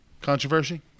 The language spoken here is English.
controversy